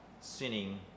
sinning